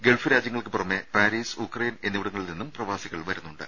Gulf രാജ്യങ്ങൾക്ക് പുറമെ Paris Ukraine എന്നിവിടങ്ങളിൽ നിന്നും പ്രവാസികൾ വരുന്നുണ്ട്